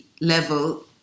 level